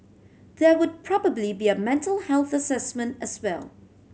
there would probably be a mental health assessment as well